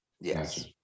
Yes